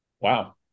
Wow